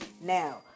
Now